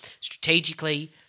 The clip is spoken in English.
strategically